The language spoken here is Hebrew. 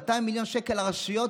200 מיליון שקל לרשויות,